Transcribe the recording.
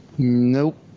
Nope